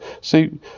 See